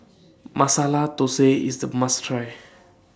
Masala Thosai IS A must Try